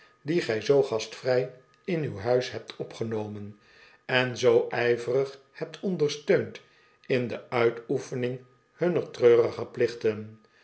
die gij zoo gastvrij in uw huis hebt opgenomen en zoo ijverig hebt ondersteund in de uitoefening hunner treurige plichten